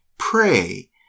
pray